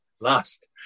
last